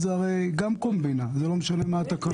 ואני אדבר לפני ההצבעה.